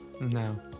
No